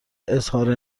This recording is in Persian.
اظهار